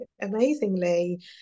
amazingly